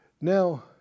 Now